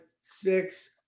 six